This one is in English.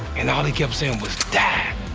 and all he kept saying was, die.